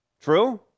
True